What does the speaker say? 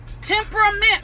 Temperament